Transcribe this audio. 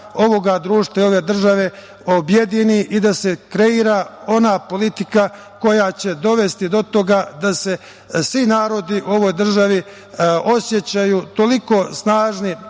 ovog društva i ove države, objedini i da se kreira ona politika koja će dovesti do toga da se svi narodi u ovoj državi osećaju toliko snažni